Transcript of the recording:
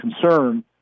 concern